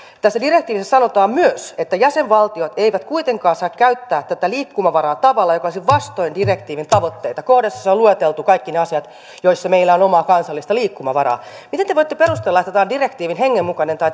tässä direktiivissä sanotaan myös että jäsenvaltiot eivät kuitenkaan saa käyttää tätä liikkumavaraa tavalla joka olisi vastoin direktiivin tavoitteita kohdassa on lueteltu kaikki ne asiat joissa meillä on omaa kansallista liikkumavaraa miten te voitte perustella että tämä on direktiivin hengen mukainen tai